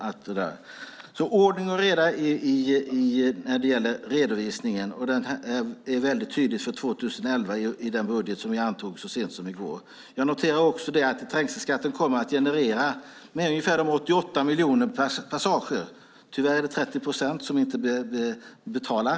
Det behövs ordning och reda i redovisningen. Det är väldigt tydligt för 2011 i den budget som vi antog så sent som i går. Jag noterar också att trängselskatten kommer att genereras från ungefär 88 miljoner passager. Tyvärr är det 30 procent som inte betalar.